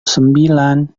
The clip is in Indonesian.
sembilan